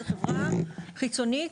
חברה חיצונית,